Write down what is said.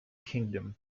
kingdom